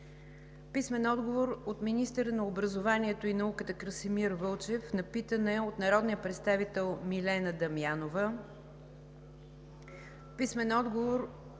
Христов; - министъра на образованието и науката Красимир Вълчев на питане от народния представител Милена Дамянова;